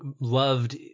loved